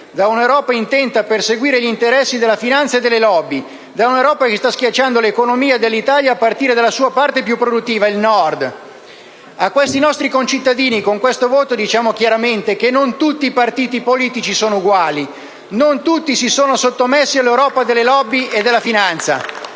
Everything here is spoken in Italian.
da un'Europa intenta a perseguire gli interessi della finanza e delle *lobby*, da un'Europa che sta schiacciando l'economia dell'Italia, a partire dalla sua parte più produttiva, il Nord. A questi nostri concittadini, con questo voto, diciamo chiaramente che non tutti i partiti politici sono uguali e non tutti si sono sottomessi all'Europa delle *lobby* e della finanza.